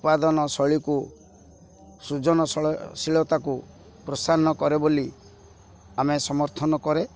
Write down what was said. ଉତ୍ପାଦନ ଶୈଳୀକୁ ସୁଜନଶୀଳତାକୁ ପ୍ରୋତ୍ସାହନ କରେ ବୋଲି ଆମେ ସମର୍ଥନ କରେ